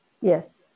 Yes